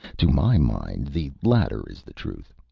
to my mind, the latter is the truth.